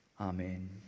Amen